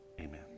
Amen